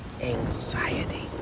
anxiety